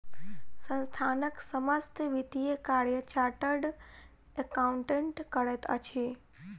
संस्थानक समस्त वित्तीय कार्य चार्टर्ड अकाउंटेंट करैत अछि